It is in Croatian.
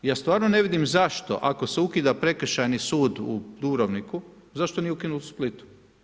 Ja stvarno ne vidim zašto ako se ukida prekršajni sud u Dubrovniku zašto nije ukinut u Splitu.